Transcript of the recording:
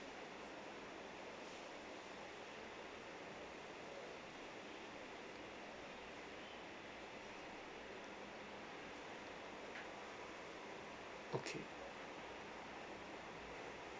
okay